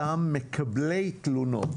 אותם מקבלי תלונות,